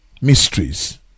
mysteries